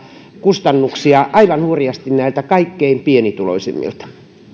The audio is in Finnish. kustannuksia aivan hurjasti näiltä kaikkein pienituloisimmilta